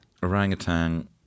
Orangutan